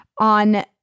On